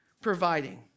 providing